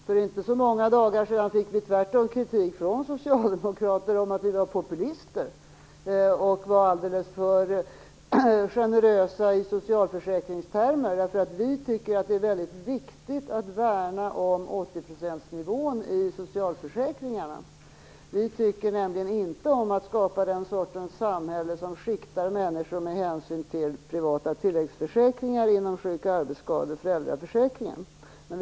För inte så många dagar sedan fick vi motsatt kritik från socialdemokraterna om att vi var populister och alldeles för generösa i socialförsäkringstermer, eftersom vi tycker att det är väldigt viktigt att värna om 80-procentsnivån i socialförsäkringarna. Vi vill nämligen inte skapa den sortens samhälle som skiktar människor med hänsyn till privata tilläggsförsäkringar inom sjuk-, arbetsskade och föräldraförsäkringarna.